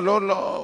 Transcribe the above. לא.